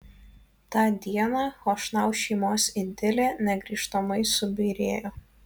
tą dieną chošnau šeimos idilė negrįžtamai subyrėjo